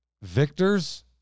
Victors